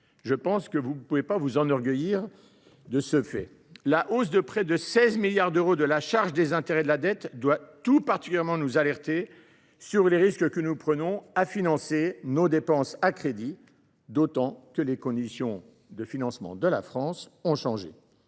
le ministre, dont vous ne pouvez pas vous enorgueillir… La hausse de près de 16 milliards d’euros de la charge des intérêts de la dette doit tout particulièrement nous alerter sur les risques que nous prenons à financer nos dépenses à crédit, d’autant que les conditions de financement de la France ont changé.